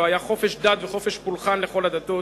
לא היה חופש דת וחופש פולחן לכל הדתות,